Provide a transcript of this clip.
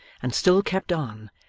and still kept on,